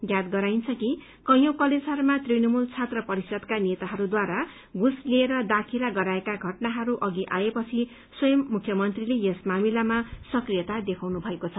ज्ञात गराइन्छ कि कैपौं कलेजहरूमा तृणमूल छात्र परिषदका नेताहरूद्वारा घूस लिएर दाखिला गराएका घटनाहरू अघि आएपछि स्वयं मुख्यमन्त्रीले यस मामिलामा सक्रियता देखाउनु भएको छ